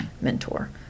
mentor